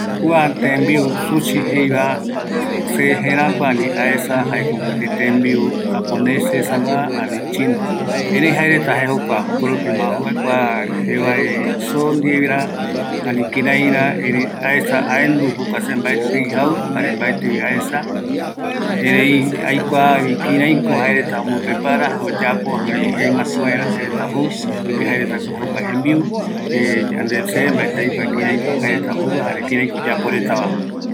Kua tembiu sushi jeeva jaeko tembiu japonese ndipo, jaereta jokua jou, mbae isondivera, aendu jokua tembiu ereï mbaetɨvi jau, aesavi kïraïko jaereta oyapo, jëegatu vaera supereta